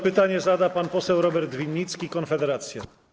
Pytanie zada pan poseł Robert Winnicki, Konfederacja.